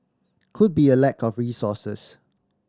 could be a lack of resources